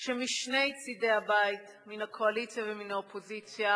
שמשני צדי הבית, מן הקואליציה ומן האופוזיציה,